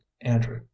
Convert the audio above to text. andrew